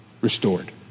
restored